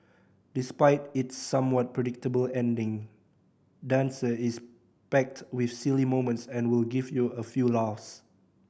despite its somewhat predictable ending dancer is packed with silly moments and will give you a few laughs